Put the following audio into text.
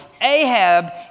Ahab